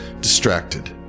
distracted